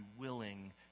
willing